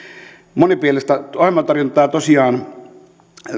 monipuolista ohjelmatarjontaa tosiaan